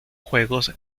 juegos